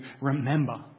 remember